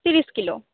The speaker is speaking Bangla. তিরিশ কিলো